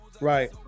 right